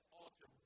altar